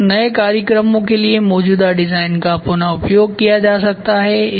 तो नए कार्यक्रमों के लिए मौजूदा डिज़ाइन का पुन उपयोग किया जा सकता है